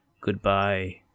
Goodbye